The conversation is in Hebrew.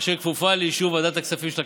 אשר כפופה לאישור ועדת הכספים של הכנסת.